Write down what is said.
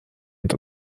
und